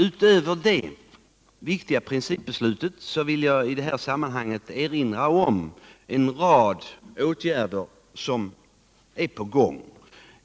Utöver detta viktiga principbeslut vill jag i detta sammanhang erinra om en rad åtgärder som är på gång.